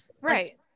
right